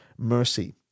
mercy